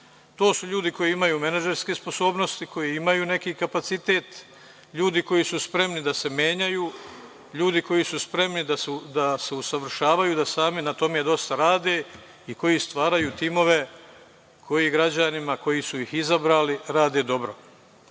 To su ljudi koji imaju menadžerske sposobnosti, koji imaju neki kapacitet, ljudi koji su spremni da se menjaju, ljudi koji su spremni da se usavršavaju, da sami na tome dosta rade i koji stvaraju timove koji građanima, koji su ih izabrali, rade dobro.